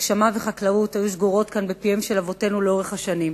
הגשמה וחקלאות היו שגורות כאן בפיהם של אבותינו לאורך השנים.